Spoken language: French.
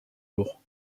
jour